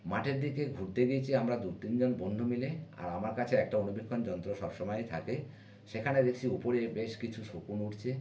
মাঠের দিকে ঘুরতে গিয়েছি আমরা দু তিনজন বন্ধু মিলে আর আমার কাছে একটা অণুবীক্ষণ যন্ত্র সব সময়ই থাকে সেখানে দেখছি উপরে বেশ কিছু শকুন উড়ছে